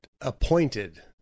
appointed